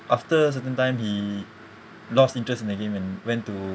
after a certain time he lost interest in the game and went to